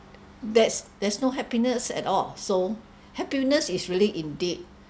that's there's no happiness at all so happiness is really indeed